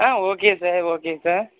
ah okay sir okay sir